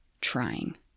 trying